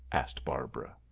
asked barbara.